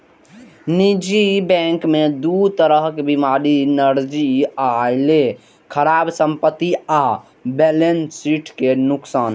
निजी बैंक मे दू तरह बीमारी नजरि अयलै, खराब संपत्ति आ बैलेंस शीट के नुकसान